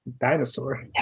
Dinosaur